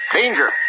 danger